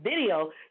video